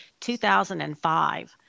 2005